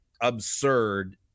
absurd